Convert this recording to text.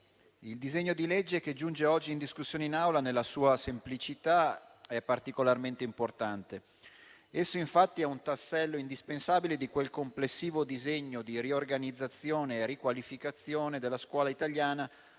il disegno di legge che giunge oggi in discussione in Aula nella sua semplicità è particolarmente importante. Esso, infatti, è un tassello indispensabile di quel complessivo disegno di riorganizzazione e riqualificazione della scuola italiana